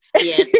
Yes